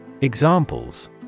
Examples